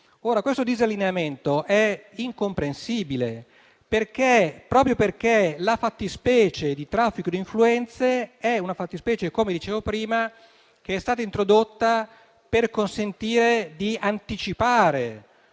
Questo disallineamento è incomprensibile, proprio perché la fattispecie di traffico di influenze - come dicevo prima - è stata introdotta per consentire di anticipare